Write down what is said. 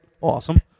Awesome